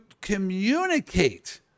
communicate